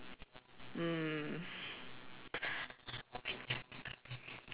mm